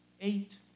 Eight